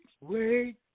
Wait